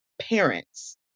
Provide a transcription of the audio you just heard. parents